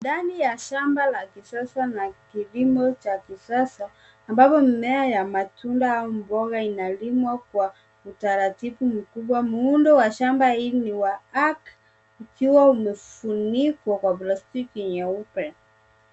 Ndani ya shamba la kisasa na kilimo cha kisasa ambapo mimea ya matunda au mboga inalimwa kwa utaratibu mkubwa. Muundo wa shamba hili ni wa arc ukiwa umefunikwa kwa plastiki nyeupe.